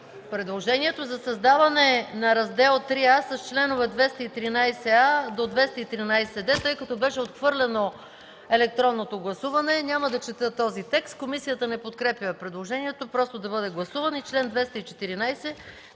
Предложението за създаване на Раздел ІІІа с членове от 213а до 213д. Тъй като беше отхвърлено електронното гласуване, няма да чета този текст. Комисията не подкрепя предложението, просто да бъде гласувано.